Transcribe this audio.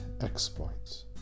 exploits